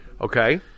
Okay